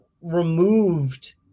removed